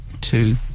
two